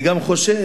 אני גם חושב